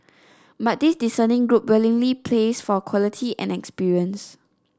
but this discerning group willingly pays for quality and experience